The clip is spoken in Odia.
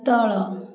ତଳ